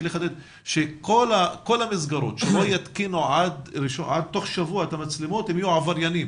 שכל המסגרות שלא יתקינו תוך שבוע את המצלמות הם יהיו עבריינים,